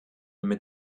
mit